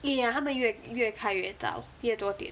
ya 它们越越开越大越多店